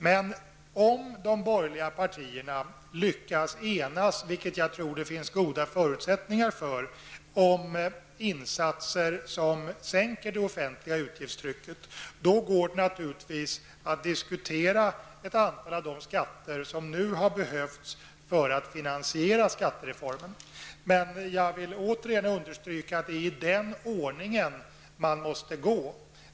Men om de borgerliga partierna lyckas enas, vilket jag tror att det finns goda förutsättningar för, om insatser som sänker det offentliga utgiftstrycket, går det naturligtvis att diskutera ett antal av de skatter som nu har behövts för att finansiera skattereformen. Jag vill återigen understryka att det är i den ordningen man måste gå.